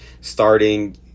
starting